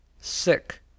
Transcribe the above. sick